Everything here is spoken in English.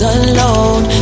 alone